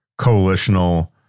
coalitional